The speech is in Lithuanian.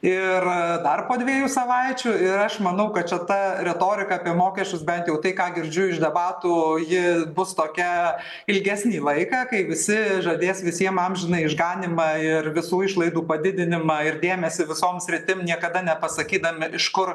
ir dar po dviejų savaičių ir aš manau kad čia ta retorika apie mokesčius bent jau tai ką girdžiu iš debatų ji bus tokia ilgesnį laiką kai visi žadės visiem amžiną išganymą ir visų išlaidų padidinimą ir dėmesį visom sritim niekada nepasakydami iš kur